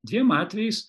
dviem atvejais